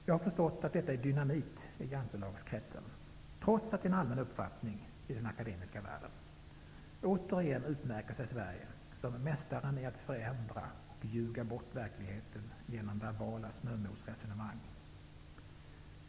Jag har förstått att detta är dynamit i Jantelagskretsen, trots att det är en allmän uppfattning i den akademiska världen. Återigen utmärker sig Sverige som mästaren i att förändra och ljuga bort verkligheten genom verbala snömosresonemang.